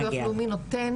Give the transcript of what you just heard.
שביטוח לאומי נותן,